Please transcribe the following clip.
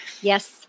Yes